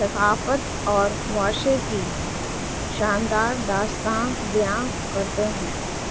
ثقافت اور معاشے کی شاندار داستاں بیاں کرتے ہیں